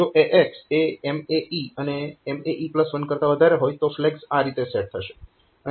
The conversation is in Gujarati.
જો AX એ MAE અને MAE1 કરતા વધારે હોય તો ફ્લેગ્સ આ રીતે સેટ થશે